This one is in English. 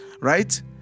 right